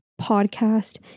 podcast